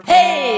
Hey